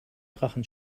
drachen